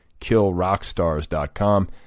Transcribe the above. killrockstars.com